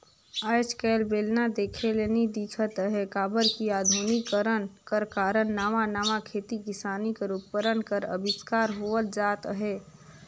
आएज काएल बेलना देखे ले नी दिखत अहे काबर कि अधुनिकीकरन कर कारन नावा नावा खेती किसानी कर उपकरन कर अबिस्कार होवत जात अहे